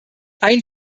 ein